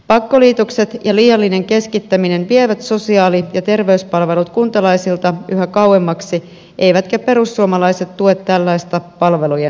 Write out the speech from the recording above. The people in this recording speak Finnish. pakkoliitokset ja liiallinen keskittäminen vievät sosiaali ja terveyspalvelut kuntalaisilta yhä kauemmaksi eivätkä perussuomalaiset tue tällaista palvelujen heikentämistä